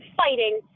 fighting